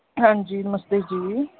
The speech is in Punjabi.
ਹਾਂਜੀ ਨਮਸਤੇ ਜੀ